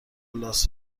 لاس